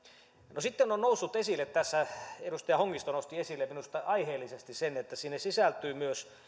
no sitten on noussut esille tässä edustaja hongisto nosti sen esille minusta aiheellisesti että sinne sisältyy myös